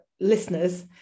listeners